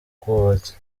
bwubatsi